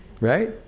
Right